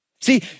See